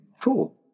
Cool